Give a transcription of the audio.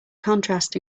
contrast